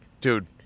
Dude